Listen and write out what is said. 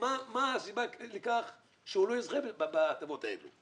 מה הסיבה לכך שהוא לא זוכה בהטבות האלה?